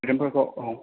स्टुदेन्थफोरखौ औ